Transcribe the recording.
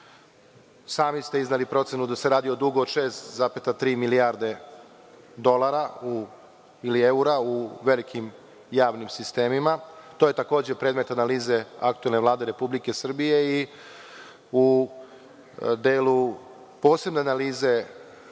Sami ste izneli procenu da se radi o dugu od 6,3 milijarde dolara ili evra u velikim javnim sistemima. To je takođe predmet analize aktuelne Vlade Republike Srbije i u delu posebne analize